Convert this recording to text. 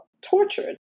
tortured